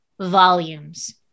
volumes